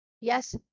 Yes